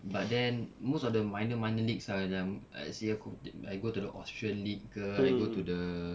but then most of the minor minor leagues ah macam I see I go to the austrian league ke I go to the